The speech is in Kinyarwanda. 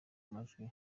majwi